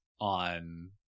on